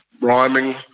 rhyming